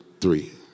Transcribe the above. three